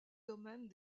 domaine